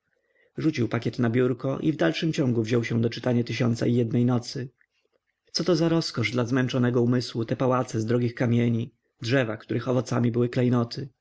rzucił pakiet na biurko i w dalszym ciągu wziął się do czytania tysiąca i jednej nocy coto za rozkosz dla zmęczonego umysłu te pałace z drogich kamieni drzewa których owocami były klejnoty